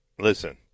listen